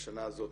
בשנה הזאת,